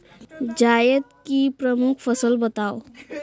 जायद की प्रमुख फसल बताओ